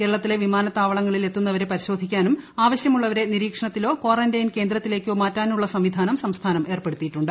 കേരളത്തിലെ വിമാനത്താവളങ്ങളിൽ എത്തുന്നവരെ പരിശോധിക്കാനും ആവശ്യമുള്ളവരെ നിരീക്ഷണത്തിലോ ക്വാറന്റൈയിൻ കേന്ദ്രത്തിലേയ്ക്കോ മാറ്റാനുമുള്ള സംവിധാനം സംസ്ഥാനം ഏർപ്പെടുത്തിയിട്ടുണ്ട്